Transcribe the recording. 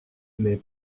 mais